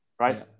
right